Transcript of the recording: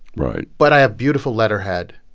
right but i have beautiful letterhead,